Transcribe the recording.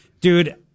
dude